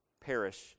perish